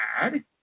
bad